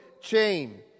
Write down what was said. chain